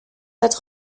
cette